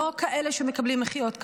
לא כאלה שמקבלים מחיאות כפיים,